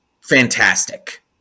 fantastic